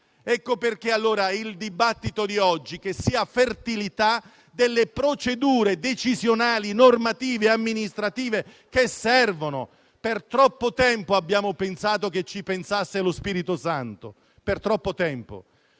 Ecco perché il dibattito di oggi deve essere fertilità delle procedure decisionali, normative e amministrative che servono. Per troppo tempo abbiamo pensato che ci pensasse lo Spirito Santo. Conosco con